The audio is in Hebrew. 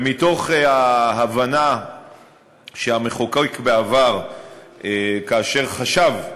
ומתוך ההבנה שהמחוקק בעבר חשב,